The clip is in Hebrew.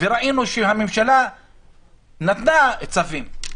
וראינו שהממשלה נתנה צווים,